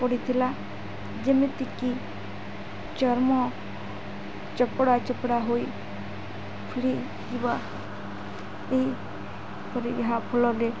ପଡ଼ିଥିଲା ଯେମିତିକି ଚର୍ମ ଚପଡ଼ା ଚପଡ଼ା ହୋଇ ଥିବା ଏହିପରି ଏହାଫଳରେ